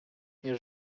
nie